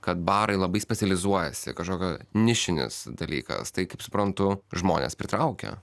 kad barai labai specializuojasi kažkokio nišinis dalykas tai kaip suprantu žmones pritraukia